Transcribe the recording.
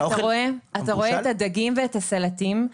אתה רואה את הדגים ואת הסלטים,